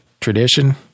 tradition